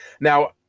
Now